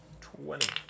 Twenty